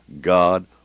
God